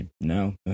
No